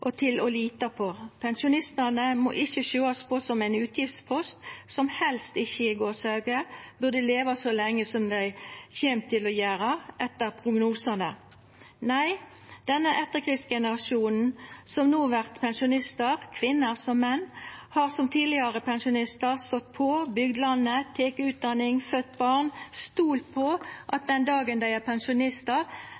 og til å lita på. Pensjonistane må ikkje sjåast på som ein utgiftspost, som «helst ikkje» burde leva så lenge som dei etter prognosane kjem til å gjera. Nei, denne etterkrigsgenerasjonen som no vert pensjonistar – kvinner som menn – har som tidlegare pensjonistar stått på, bygd landet, teke utdanning, født barn og stolt på at